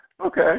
Okay